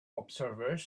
observers